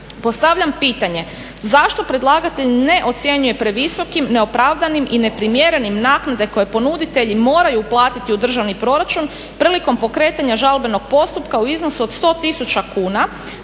Postavljam pitanje, zašto predlagatelj ne ocjenjuje previsokim, neopravdanim i neprimjerenim naknade koje ponuditelji moraju uplatiti u državni proračun prilikom pokretanja žalbenog postupka u iznosu od 100 tisuća